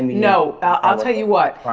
no, i'll tell you what.